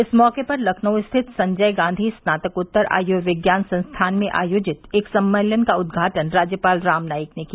इस मौके पर लखनऊ स्थित संजय गांधी स्नातकोत्तर आयूर्विज्ञान संस्थान में आयोजित एक सम्मेलन का उद्घाटन राज्यपाल राम नाईक ने किया